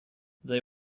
they